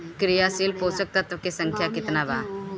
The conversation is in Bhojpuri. क्रियाशील पोषक तत्व के संख्या कितना बा?